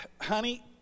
honey